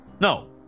No